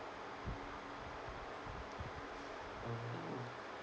mmhmm